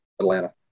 Atlanta